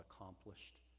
accomplished